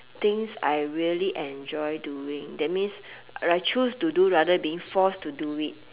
things I really enjoy doing that means I choose to do rather being forced to do it